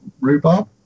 rhubarb